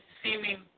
seeming